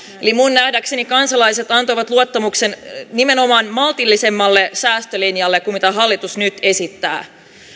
eli minun nähdäkseni kansalaiset antoivat luottamuksensa nimenomaan maltillisemmalle säästölinjalle kuin mitä hallitus nyt esittää